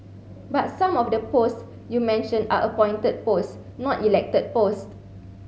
but some of the posts you mentioned are appointed posts not elected posts